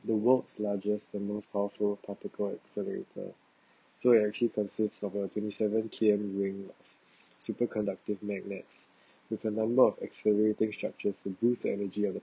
the world's largest the most powerful particle accelerator so it actually consists of a twenty seven km ring superconducting magnets with a number of accelerating structures to boost energy of the